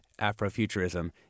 Afrofuturism